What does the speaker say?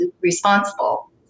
responsible